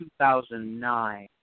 2009